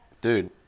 dude